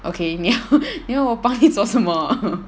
okay 你要你要我帮你做什么